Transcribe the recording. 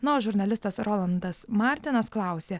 na o žurnalistas rolandas martinas klausė